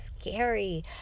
scary